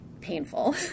painful